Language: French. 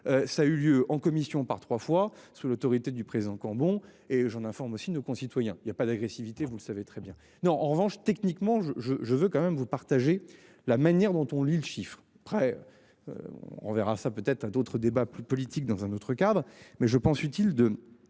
Ça a eu lieu en commission par 3 fois sous l'autorité du président Cambon et j'en informe aussi de nos concitoyens. Il y a pas d'agressivité, vous le savez très bien, non. En revanche, techniquement je je je veux quand même vous partagez la manière dont on lit le chiffre près. On verra ça peut être à d'autres débats plus politique dans un autre cadre, mais je pense utile de.